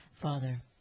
Father